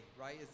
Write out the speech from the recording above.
right